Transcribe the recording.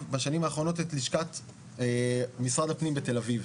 האחרונות את לשכת משרד הפנים בתל אביב.